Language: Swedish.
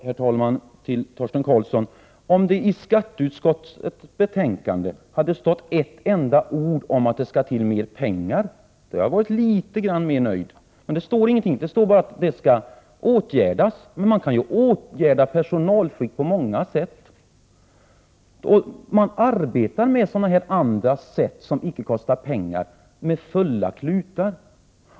Herr talman! Om det i skatteutskottets betänkande hade stått ett enda ord om att det skall till mer pengar, då hade jag varit litet grand mera nöjd, Torsten Karlsson. Det står bara att det skall åtgärdas, men man kan ju åtgärda personalflykt på många sätt. Man arbetar för fulla klutar med sådana här andra sätt, som icke kostar pengar.